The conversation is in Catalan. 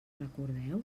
recordeu